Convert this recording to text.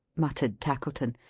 muttered tackleton.